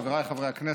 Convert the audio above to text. חבריי חברי הכנסת,